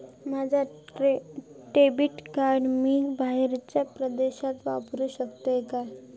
माझा debit card मी बाहेरच्या देशात वापरू शकतय काय?